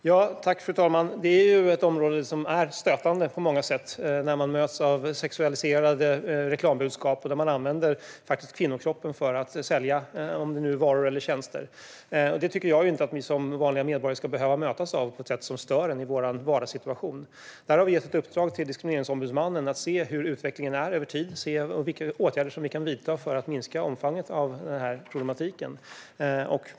Fru talman! Detta är ett område som är stötande på många sätt. Man möts av sexualiserade reklambudskap där man använder kvinnokroppen för att sälja varor och tjänster. Det tycker inte jag att vi som vanliga medborgare ska behöva möta på ett sätt som stör oss i vår vardagssituation. Vi har gett ett uppdrag till Diskrimineringsombudsmannen att se på utvecklingen över tid och se vilka åtgärder vi kan vidta för att minska omfattningen av den här problematiken.